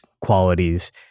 qualities